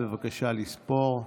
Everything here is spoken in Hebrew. בבקשה לספור.